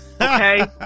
okay